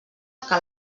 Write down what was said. que